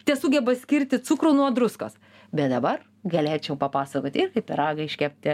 tesugeba skirti cukrų nuo druskos bet dabar galėčiau papasakoti ir kaip pyragą iškepti